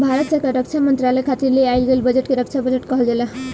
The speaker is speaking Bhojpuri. भारत सरकार रक्षा मंत्रालय खातिर ले आइल गईल बजट के रक्षा बजट कहल जाला